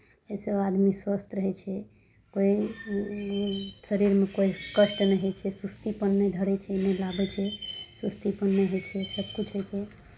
एहिसँ आदमी स्वस्थ रहै छै कोइ शरीरमे कोइ कष्ट नहि होइ छै सुस्तीपन नहि धरै छै नहि आबै छै सुस्तीपन नहि होइ छै सभकिछु